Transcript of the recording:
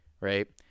Right